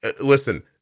Listen